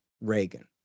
Reagan